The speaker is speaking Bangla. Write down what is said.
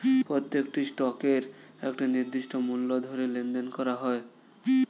প্রত্যেকটি স্টকের একটি নির্দিষ্ট মূল্য ধরে লেনদেন করা হয়